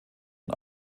und